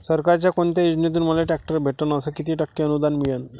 सरकारच्या कोनत्या योजनेतून मले ट्रॅक्टर भेटन अस किती टक्के अनुदान मिळन?